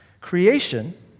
Creation